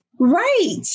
Right